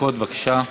בבקשה.